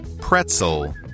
Pretzel